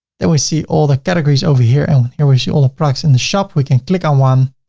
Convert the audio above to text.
then we see all the categories over here and here we see all the products in the shop. we can click on one